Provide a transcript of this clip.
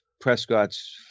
Prescott's